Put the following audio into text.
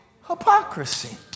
hypocrisy